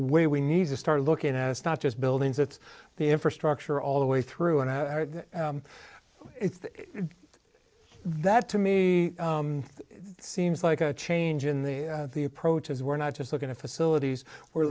way we need to start looking at it's not just buildings it's the infrastructure all the way through and that to me seems like a change in the approach is we're not just looking at facilities we're